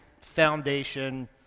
foundation